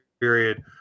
period